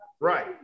Right